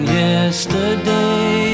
yesterday